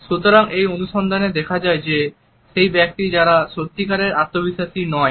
সুতরাং এই অনুসন্ধানে দেখা যায় সেই ব্যক্তি যারা সত্যি কারের আত্মবিশ্বাসী নয়